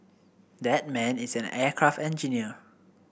that man is an aircraft engineer